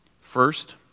First